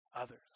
others